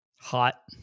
Hot